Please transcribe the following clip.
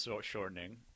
shortening